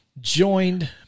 joined